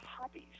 hobbies